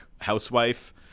housewife